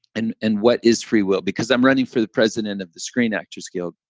and and what is free will because i'm running for the president of the screen actors guild,